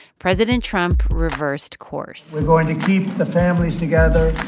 president trump reversed course we're going to keep the families together.